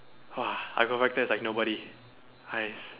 !wah! I go back there is like nobody !hais!